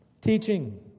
Teaching